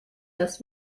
das